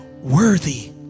worthy